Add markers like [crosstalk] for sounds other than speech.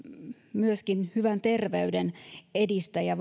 myöskin hyvän terveyden edistäjä [unintelligible]